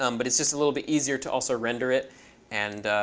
um but it's just a little bit easier to also render it and